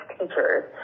teachers